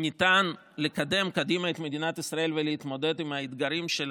אפשר לקדם קדימה את מדינת ישראל ולהתמודד עם האתגרים שלה?